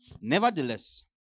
Nevertheless